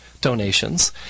donations